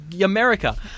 America